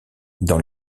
dans